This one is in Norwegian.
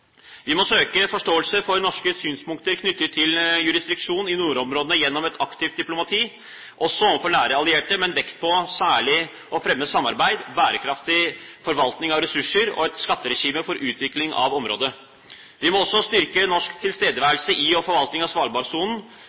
Vi må søke forståelse for norske synspunkter knyttet til jurisdiksjon i nordområdene gjennom et aktivt diplomati også overfor nære allierte med vekt på særlig å fremme samarbeid, bærekraftig forvaltning av ressurser og et skatteregime for utvikling av området. Vi må også styrke norsk tilstedeværelse i og forvaltning av Svalbardsonen